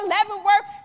Leavenworth